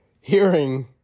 hearing